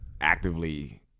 actively